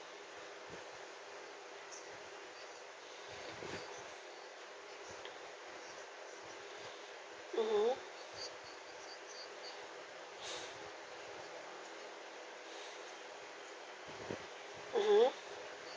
mmhmm mmhmm